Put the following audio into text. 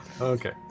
Okay